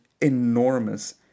enormous